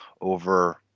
over